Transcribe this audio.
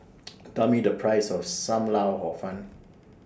Tell Me The Price of SAM Lau Hor Fun